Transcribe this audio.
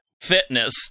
fitness